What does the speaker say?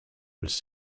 was